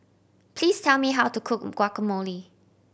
please tell me how to cook Guacamole